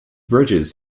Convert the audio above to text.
bridges